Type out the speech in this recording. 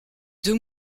deux